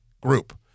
group